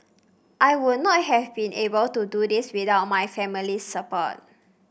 I would not have been able to do this without my family's support